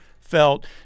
felt